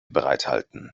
bereithalten